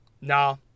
nah